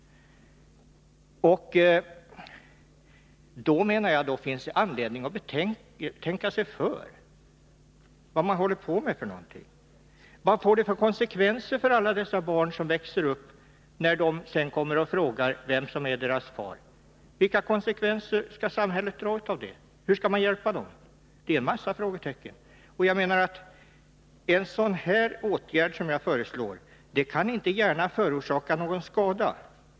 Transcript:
Därför menar jag att det finns anledning att man tänker sig för och funderar över vad man håller på med. Vad får detta för konsekvenser för alla dessa barn, när de växer upp och kommer och frågar vem som är deras far? Vilka konsekvenser drar samhället av detta? Hur skall man hjälpa dessa barn? Det finns alltså en mängd frågetecken. Den åtgärd som jag föreslår kan inte gärna förorsaka någon skada.